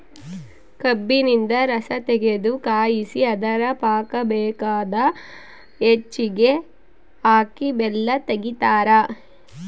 ಕಬ್ಬಿನಿಂದ ರಸತಗೆದು ಕಾಯಿಸಿ ಅದರ ಪಾಕ ಬೇಕಾದ ಹೆಚ್ಚಿಗೆ ಹಾಕಿ ಬೆಲ್ಲ ತೆಗಿತಾರ